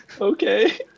Okay